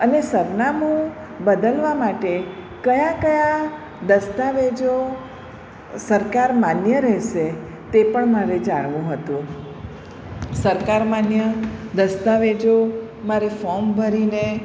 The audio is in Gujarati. અને સરનામું બદલવા માટે કયા કયા દસ્તાવેજો સરકાર માન્ય રહેશે તે પણ મારે જાણવું હતું સરકાર માન્ય દસ્તાવેજો મારે ફોમ ભરીને